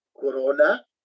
Corona